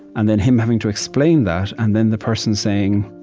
and then him, having to explain that and then the person saying,